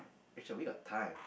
Rachel we got time